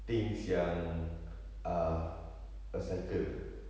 things yang uh a cycle eh